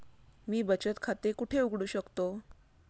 मी बचत खाते कुठे उघडू शकतो?